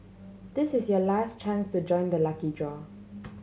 this is your last chance to join the lucky draw